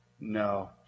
No